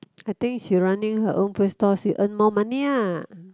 I think she running her own food store she earn more money ah